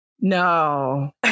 No